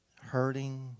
hurting